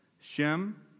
Shem